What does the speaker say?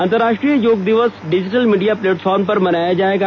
अंतरराष्ट्रीय योग दिवस डिजिटल मीडिया प्लेटफॉर्म पर मनाया जाएगा